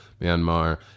Myanmar